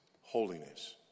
holiness